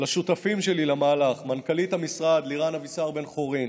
לשותפים שלי למהלך: מנכ"לית המשרד לירן אבישר בן-חורין,